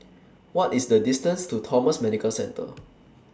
What IS The distance to Thomson Medical Centre